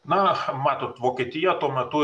na matot vokietija tuo metu